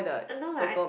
uh no lah I